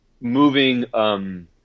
moving